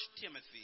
Timothy